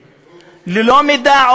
ללא העמדה לדין צדק,